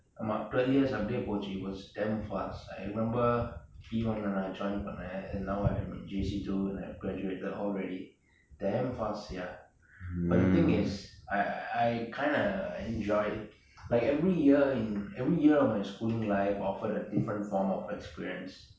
ஆமா:aamaa twelve years pochu I remember P one நா:naa join பன்னேன்:pannen and now I'm in J_C two and I've graduated already damn fast sia but the thing is I I I kind of enjoyed like every year in every year of my schooling life offered a different form of experience